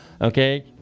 okay